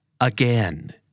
Again